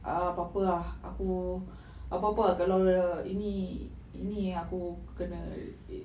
ah apa-apa ah aku apa-apa kalau ini ini aku punya